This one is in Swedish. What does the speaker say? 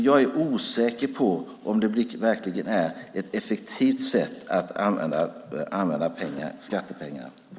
Jag är osäker på om det verkligen är ett effektivt sätt att använda skattepengar på.